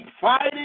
fighting